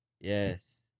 Yes